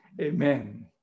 Amen